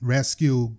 Rescue